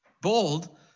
Bold